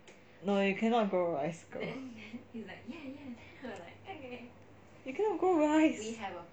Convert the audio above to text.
no you cannot grow rice girl you cannot grow rice